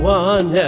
one